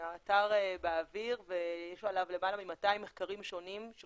האתר באוויר ויש עליו למעלה מ-200 מחקרים שונים של